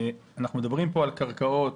אנחנו מדברים כאן על קרקעות